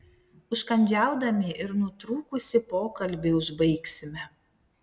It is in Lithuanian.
užkandžiaudami ir nutrūkusį pokalbį užbaigsime